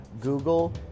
Google